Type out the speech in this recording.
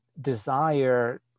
desire